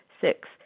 Six